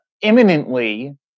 imminently